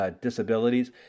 disabilities